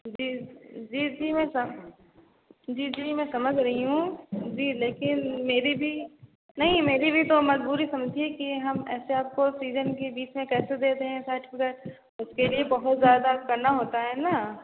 जी जी जी मैं सम जी जी मैं समझ रही हूँ जी लेकिन मेरी भी नहीं मेरी भी तो मजबूरी समझिए कि हम ऐसे आपको सीजन के बीच में कैसे दे दें सार्टिफ़िकेट उसके लिए बहुत ज्यादा करना होता है न